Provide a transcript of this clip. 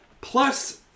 Plus